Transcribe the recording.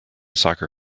soccer